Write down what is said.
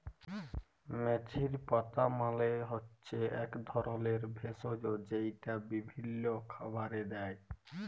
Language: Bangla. মেথির পাতা মালে হচ্যে এক ধরলের ভেষজ যেইটা বিভিল্য খাবারে দেয়